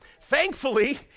thankfully